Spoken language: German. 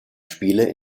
spiele